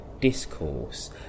discourse